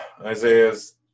Isaiah's